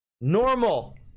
Normal